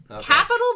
capital